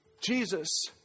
Jesus